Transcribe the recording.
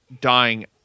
dying